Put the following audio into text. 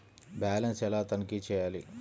Balance ఎలా తనిఖీ చేయాలి?